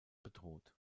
bedroht